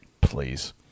Please